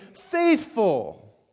faithful